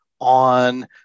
on